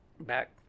back